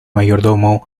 mayordomo